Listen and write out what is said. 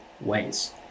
ways